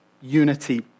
unity